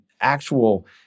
actual